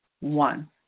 one